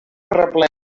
arreplega